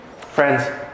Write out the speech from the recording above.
Friends